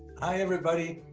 hi everybody.